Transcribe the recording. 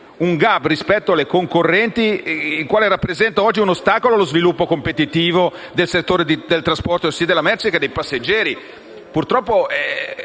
un *gap* rispetto alle concorrenti, il quale rappresenta oggi un ostacolo allo sviluppo competitivo del settore del trasporto, sia merci che passeggeri;